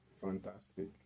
fantastic